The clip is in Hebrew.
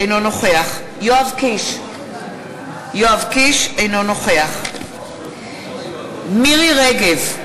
אינו נוכח יואב קיש, אינו נוכח מירי רגב,